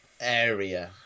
area